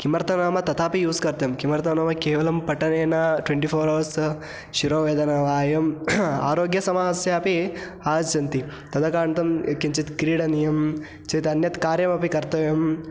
किमर्थं नाम तथापि यूस् कृतं किमर्थं नाम केवलं पठनेन ट्वेण्टि फ़ोर् अवर्स् शिरोवेदना वा एवम् आरोग्यसमस्यापि आगच्छन्ति तत् कारणेन किञ्चित् क्रीडनीयं चेत् अन्यत् कार्यमपि कर्तव्यं